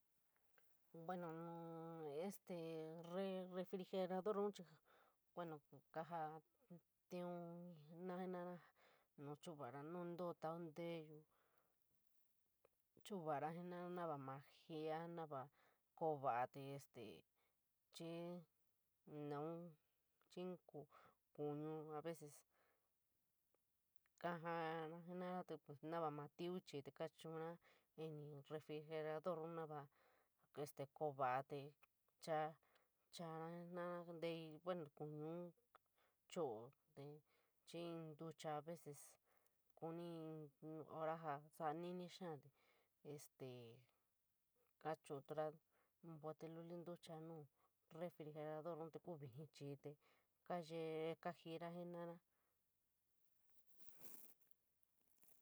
Bueno, este refriigerador nu chií, buuno kaajitora jenorara nu chií chuuvara jenorara nu íoo tou ñtuuyou, chuuvara jenorara naa maa jii, naa koo vaa te este, chiíi nuu chiíi ko kuu a vees kaajira jenora te naa nuu ñiiñ te kaachura ñii refriigerador en naa este koo vaa te cheaa, cheaa jenorara kutéi buuno kuu no chiiñ ñí ntucha avees kiiñ in hora jia nuu, añii este faa techuutou in bode luli ñtucha nu refriigerador nu kuu viñí chií te kaajee kaajira jenorara.